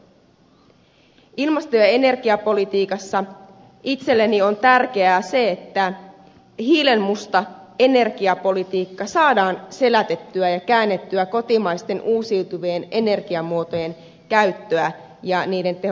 ilmasto ja energiapolitiikassa itselleni on tärkeää se että hiilenmusta energiapolitiikka saadaan selätettyä ja lisättyä kotimaisten uusiutuvien energiamuotojen käyttöä ja niiden tehostamista